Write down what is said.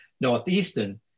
Northeastern